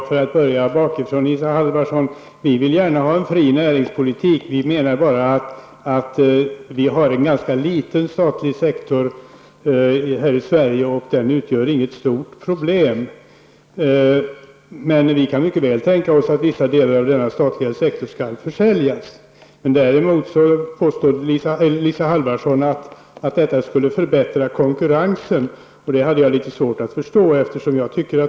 Herr talman! Vi vill gärna ha en fri näringspolitik, Isa Halvarsson. Men den statliga sektorn i Sverige är förhållandevis liten och utgör inget större problem. Vi kan mycket väl tänka oss att vissa delar av denna statliga sektor försäljes. Isa Halvarsson påstår att det skulle förbättra konkurrensen, vilket jag har svårt att förstå.